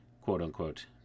quote-unquote